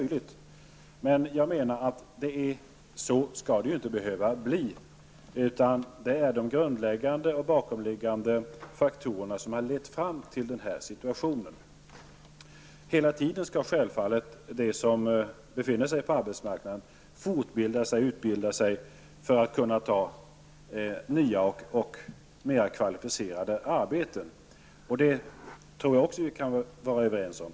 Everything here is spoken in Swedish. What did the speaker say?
Jag menar dock att det inte skall behöva vara så. De bakomliggande faktorerna har lett fram till den här situationen. De som befinner sig på arbetsmarknaden skall självfallet hela tiden utbilda sig och fortbilda sig för att kunna ta nya och mera kvalificerade arbeten. Det tror jag också att vi kan vara överens om.